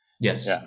Yes